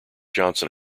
johnson